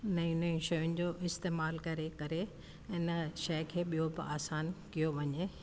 नयूं नयूं शयुनि जो इस्तेमाल करे करे हिन शइ खे ॿियो बि आसान कयो वञे